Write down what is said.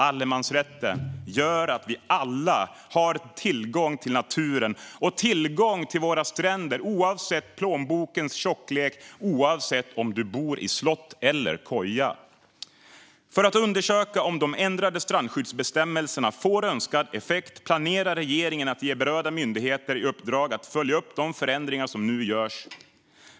Den gör att vi alla har tillgång till naturen och till våra stränder, oavsett plånbokens tjocklek och oavsett om vi bor i slott eller koja. För att undersöka om de ändrade strandskyddsbestämmelserna får önskad effekt planerar regeringen att ge berörda myndigheter i uppdrag att följa upp de förändringar som nu görs.